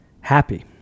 Happy